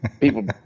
people